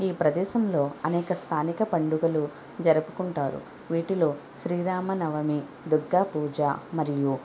ఈ ప్రదేశంలో అనేక స్థానిక పండుగలు జరుపుకుంటారు వీటిలో శ్రీరామనవమి దుర్గా పూజ మరియు